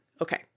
Okay